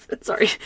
Sorry